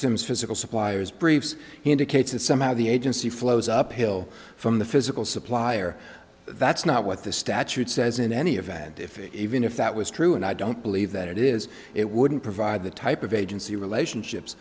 sims physical suppliers briefs indicates that somehow the agency flows uphill from the physical supplier that's not what the statute says in any event if even if that was true and i don't believe that it is it wouldn't provide the type of agency relationships